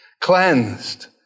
cleansed